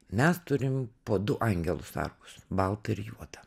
mes turim po du angelus sargus baltą ir juodą